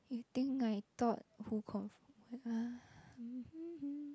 you think I thought who confir~ waith ah